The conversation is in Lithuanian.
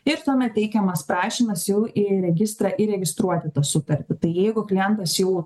ir tuomet teikiamas prašymas jau į registrą įregistruoti tą sutartį tai jeigu klientas jau